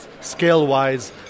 scale-wise